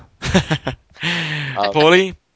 Paulie